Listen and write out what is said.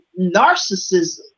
narcissism